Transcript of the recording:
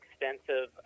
extensive